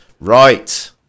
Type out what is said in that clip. Right